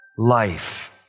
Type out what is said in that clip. life